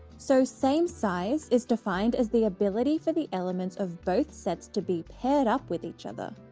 so same size is defined as the ability for the elements of both sets to be paired up with each other.